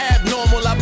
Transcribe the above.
Abnormal